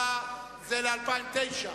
זה ל-2009.